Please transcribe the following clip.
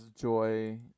Joy